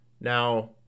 Now